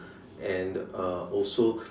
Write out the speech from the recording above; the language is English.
and uh also